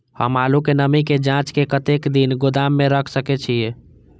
हम आलू के नमी के जाँच के कतेक दिन गोदाम में रख सके छीए?